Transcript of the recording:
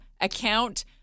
account